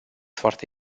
foarte